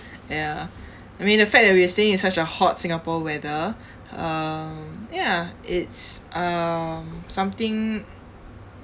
ya I mean the fact that we are staying in such a hot singapore weather um ya it's um something